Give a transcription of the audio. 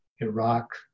Iraq